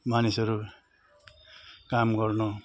मानिसहरू काम गर्नु